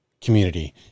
community